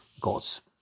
God's